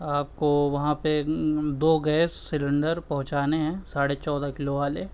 آپ کو وہاں پہ دو گیس سلنڈر پہچانے ہیں ساڑھے چودہ کلو والے